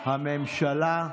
הממשלה.